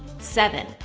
seven,